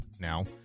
now